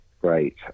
great